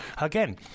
again